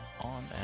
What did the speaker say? on